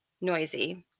noisy